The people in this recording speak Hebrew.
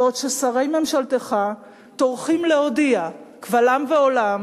בעוד ששרי ממשלתך טורחים להודיע קבל עם ועולם